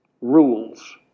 rules